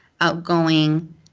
outgoing